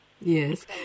Yes